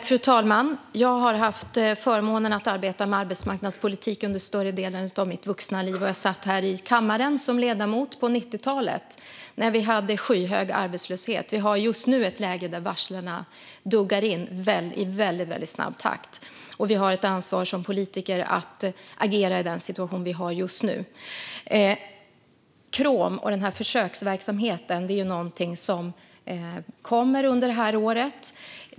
Fru talman! Jag har haft förmånen att arbeta med arbetsmarknadspolitik under större delen av mitt vuxna liv. Jag satt här i kammaren som ledamot på 90-talet, när vi hade skyhög arbetslöshet. Vi har just nu ett läge där varslen duggar in i väldigt snabb takt. Vi har ett ansvar som politiker att agera i den situation vi har just nu. KROM och försöksverksamheten är någonting som kommer under det här året.